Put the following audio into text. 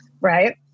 right